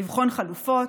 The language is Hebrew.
לבחון חלופות,